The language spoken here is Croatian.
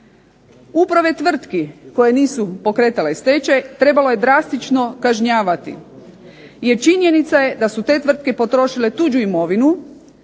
Uprave tvrtki koje nisu pokretale stečaj, trebalo je drastično kažnjavati, jer činjenica je da su te tvrtke potrošile tuđu imovinu,